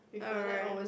alright